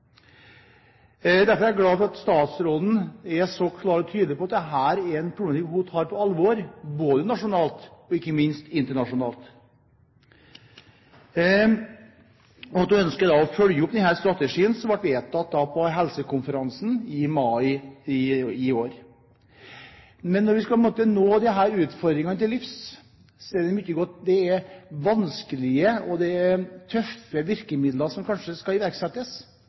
Derfor er jeg glad for at statsråden er så klar og tydelig på at dette er en problematikk hun tar på alvor, nasjonalt og ikke minst internasjonalt, og at hun ønsker å følge opp den strategien som ble vedtatt på helsekonferansen i mai i år. Men når vi skal møte disse utfordringene, er det vanskelige og tøffe virkemidler som kanskje må iverksettes – og det er virkemidler som